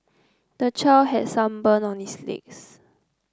the child has some burns on his legs